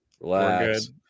relax